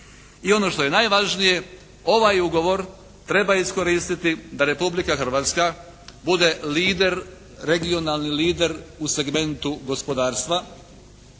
I ono što je najvažnije, ovaj ugovor treba iskoristiti da Republika Hrvatska bude lider, regionalni lider u segmentu gospodarstva